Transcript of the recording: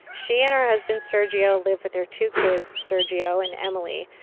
she and her husband, sergio, live with their two kids, sergio and emily.